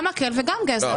גם מקל וגם גזר.